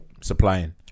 supplying